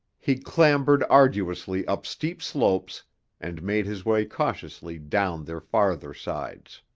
he clambered arduously up steep slopes and made his way cautiously down their farther sides.